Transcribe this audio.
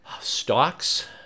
Stocks